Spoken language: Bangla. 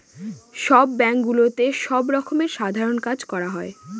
সব ব্যাঙ্কগুলোতে সব রকমের সাধারণ কাজ করা হয়